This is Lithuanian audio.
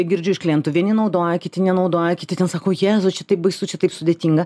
girdžiu iš klientų vieni naudoja kiti nenaudoja kiti ten sako jėzau čia taip baisu čia taip sudėtinga